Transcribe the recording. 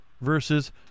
versus